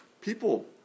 people